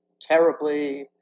terribly